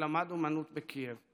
שלמד אומנות בקייב,